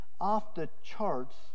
off-the-charts